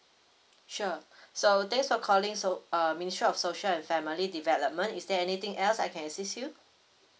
sure so thanks for calling so~ err ministry of social and family development is there anything else I can assist you